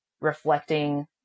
reflecting